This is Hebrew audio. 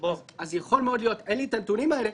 אין לי את הנתונים האלה.